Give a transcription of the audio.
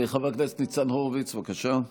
חבר הכנסת ניצן הורוביץ, בבקשה.